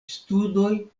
studoj